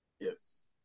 yes